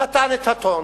נתן את הטון,